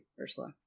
Ursula